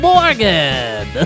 Morgan